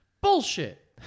Bullshit